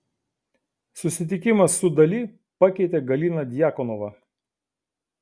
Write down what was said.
susitikimas su dali pakeitė galiną djakonovą